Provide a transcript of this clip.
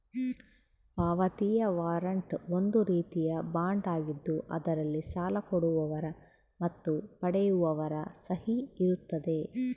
ಪಾವತಿಯ ವಾರಂಟ್ ಒಂದು ರೀತಿಯ ಬಾಂಡ್ ಆಗಿದ್ದು ಅದರಲ್ಲಿ ಸಾಲ ಕೊಡುವವರ ಮತ್ತು ಪಡೆಯುವವರ ಸಹಿ ಇರುತ್ತದೆ